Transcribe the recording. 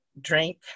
drink